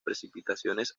precipitaciones